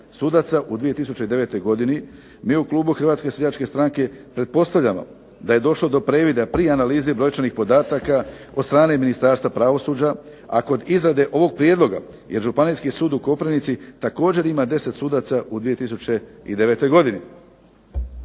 sudaca u 2009. godini mi u klubu HSS-a pretpostavljamo da je došlo do previda prije analize i brojčanih podataka od strane Ministarstva pravosuđa, a kod izrade ovog prijedloga jer Županijski sud u Koprivnici također ima 10 sudaca u 2009. godini.